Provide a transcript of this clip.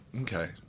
Okay